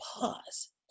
pause